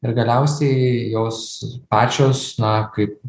ir galiausiai jos pačios na kaip